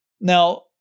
Now